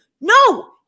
no